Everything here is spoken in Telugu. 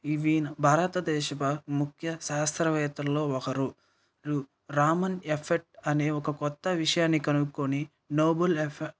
ఈవీన్ భారతదేశప ముఖ్య శాస్త్రవేత్తలలో ఒకరు రామన్ ఎఫెట్ అనే ఒక కొత్త విషయాన్ని కనుక్కొని నోబుల్ ఎఫె